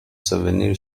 souvenir